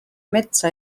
metsa